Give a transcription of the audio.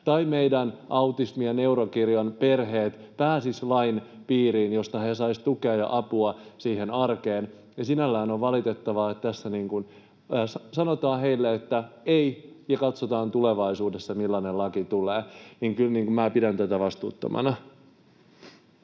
kun meidän autismi- ja neurokirjon perheet pääsisivät lain piiriin, josta he saisivat tukea ja apua arkeen, niin sinällään on valitettavaa, että tässä sanotaan heille ”ei” ja ”katsotaan tulevaisuudessa, millainen laki tulee”. Kyllä pidän tätä vastuuttomana.